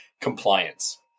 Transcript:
compliance